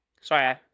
Sorry